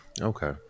okay